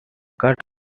cut